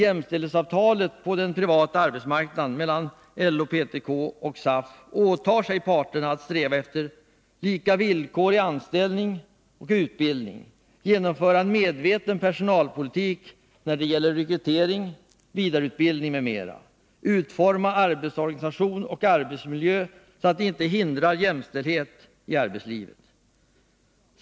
I jämställdhetsavtalet på den Onsdagen den privata arbetsmarknaden mellan LO, PTK och SAF åtar sig parterna att 8 december 1982 sträva efter lika villkor i anställning och utbildning, att genomföra en medveten personalpolitik när det gäller rekrytering, vidareutbildning m.m. Medbestämmandeoch att utforma arbetsorganisation och arbetsmiljö så att de inte hindrar frågor m.m. jämställdhet i arbetslivet.